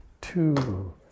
Two